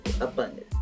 abundance